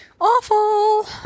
Awful